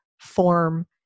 form